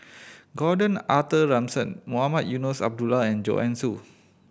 Gordon Arthur Ransome Mohamed Eunos Abdullah and Joanne Soo